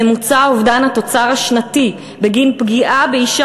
ממוצע אובדן התוצר השנתי בגין פגיעה באישה